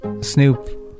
Snoop